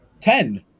ten